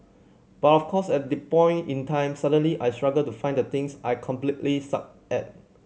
but of course at the point in time suddenly I struggle to find the things I completely suck at